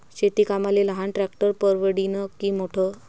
शेती कामाले लहान ट्रॅक्टर परवडीनं की मोठं?